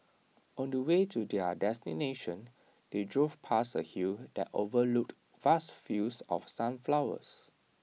on the way to their destination they drove past A hill that overlooked vast fields of sunflowers